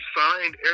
signed